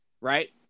Right